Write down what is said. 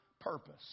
purpose